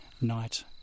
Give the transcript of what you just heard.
night